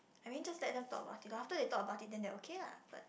I mean just let them talk about it lah after they talk about it they are okay ah but